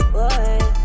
Boy